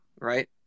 right